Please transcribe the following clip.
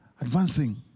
Advancing